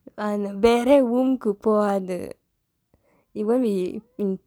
வேற:veera womb போகாது:pookaathu it won't be in